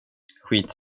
skit